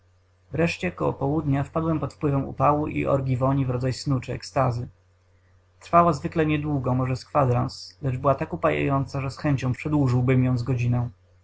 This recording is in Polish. wreszcie koło południa wpadałem pod wpływem upału i orgii woni w rodzaj snu czy ekstazy trwała zwykle niedługo może z kwadrans lecz była tak upajającą że z chęcią przedłużyłbym ją z godzinę